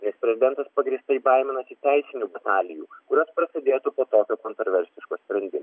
nes prezidentas pagrįstai baiminasi teisinių batalijų kurios prasidėtų po tokio kontroversiško sprendim